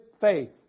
faith